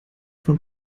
vom